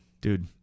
Dude